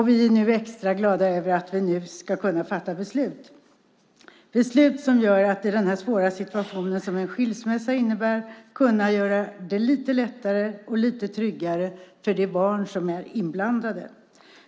Vi är extra glada över att vi nu ska kunna fatta beslut, beslut som gör det lite lättare och lite tryggare för de barn som är inblandade i den svåra situation som en skilsmässa innebär.